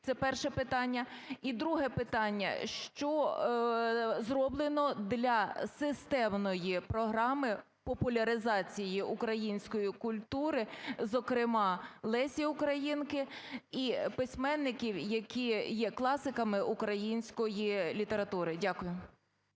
Це перше питання. І друге питання. Що зроблено для системної програми популяризації української культури, зокрема Лесі Українки і письменників, які є класиками української літератури? Дякую.